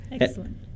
Excellent